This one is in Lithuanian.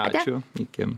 ačiū iki